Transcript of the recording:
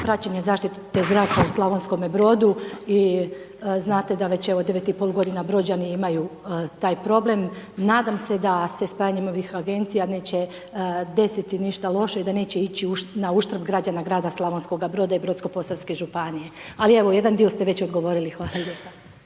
praćenje zaštite zraka u Sl. Brodu. I znate da već 9,5 g. Brođani imaju taj problem. Nadam se da se spajanje ovih agencija neće desiti ništa loše i da čine ići na uštrb građana Sl. Broda i Brodsko posavske županije, ali evo jedan dio ste već odgovorili, hvala lijepo.